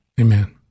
Amen